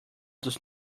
does